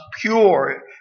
pure